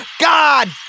God